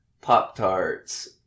Pop-Tarts